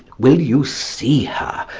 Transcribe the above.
will you see her,